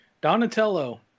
Donatello